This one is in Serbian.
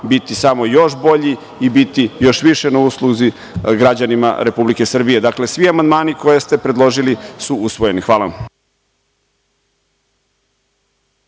biti samo još bolji i biti još više na usluzi građanima Republike Srbije. Dakle, svi amandmani koje ste predložili su usvojeni. Hvala